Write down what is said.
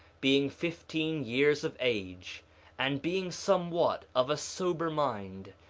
being fifteen years of age and being somewhat of a sober mind,